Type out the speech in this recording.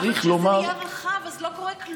צריך לומר, אבל כשזה נהיה רחב, אז לא קורה כלום.